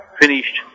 finished